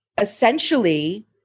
essentially